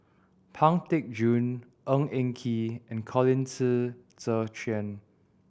Pang Teck Joon Ng Eng Kee and Colin Qi Zhe Quan